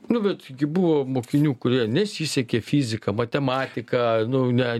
nu bet gi buvo mokinių kurie nesisekė fizika matematika nu ne